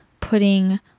putting